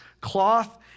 cloth